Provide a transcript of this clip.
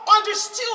understood